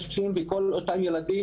קשה להתבטא אחרי ההצגה של הנשים שליבי איתם,